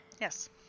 Yes